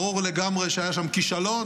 ברור לגמרי שהיה שם כישלון.